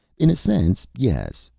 in a sense, yes,